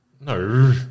No